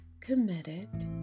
committed